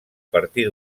partir